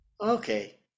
Okay